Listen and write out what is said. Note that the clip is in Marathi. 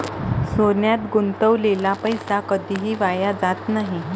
सोन्यात गुंतवलेला पैसा कधीही वाया जात नाही